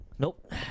Nope